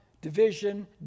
division